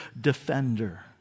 defender